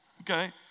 okay